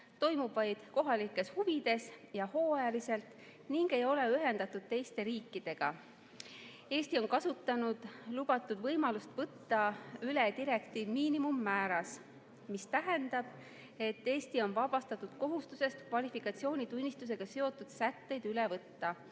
toimub vaid kohalikes huvides ja hooajaliselt ning ei ole ühendatud teiste riikidega. Eesti on kasutanud lubatud võimalust võtta üle direktiiv miinimummääras. See tähendab, et Eesti on vabastatud kohustusest kvalifikatsioonitunnistusega seotud sätteid üle võtta,